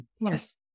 Yes